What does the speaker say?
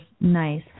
nice